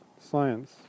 science